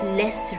less